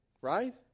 Right